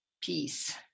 peace